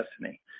destiny